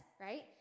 right